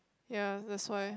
ya that's why